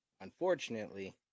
unfortunately